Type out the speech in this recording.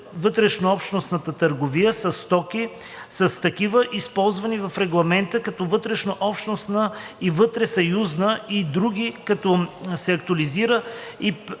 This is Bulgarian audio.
вътрешнообщностната търговия със стоки, с такива използвани в регламентите, като „вътрешнообщностна“ и „вътресъюзна“ и други, както се актуализират и